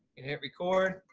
and hit record.